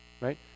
right